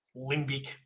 limbic